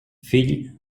fill